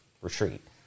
retreat